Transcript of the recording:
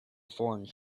foreign